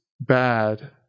bad